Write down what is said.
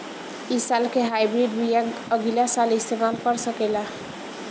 इ साल के हाइब्रिड बीया अगिला साल इस्तेमाल कर सकेला?